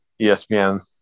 ESPN